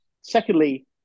secondly